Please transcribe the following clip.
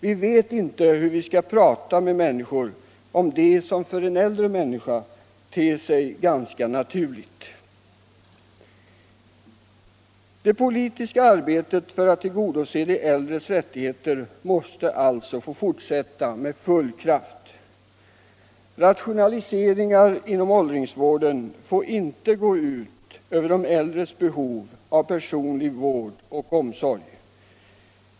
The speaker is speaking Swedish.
Vi vet inte hur vi skall prata med människor om det som för en äldre människa ter sig naturligt. Det politiska arbetet för att tillgodose de äldres rättigheter måste alltså få fortsätta med full kraft. Rationaliseringar inom åldringsvården får inte gå ut över de äldres behov av personlig vård och omsorg.